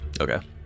Okay